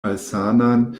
malsanan